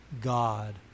God